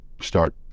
start